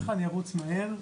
אני ארוץ מהר.